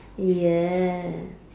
!eeyer!